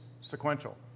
sequential